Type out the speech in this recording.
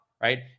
right